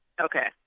Okay